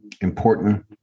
important